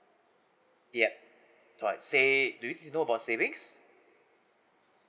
yup so I say it do you know about savings